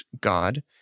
God